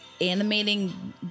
animating